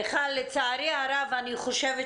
מיכל, לצערי הרב, אני חושבת